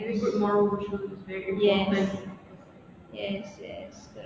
yes yes yes yes correct